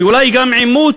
ואולי גם עימות,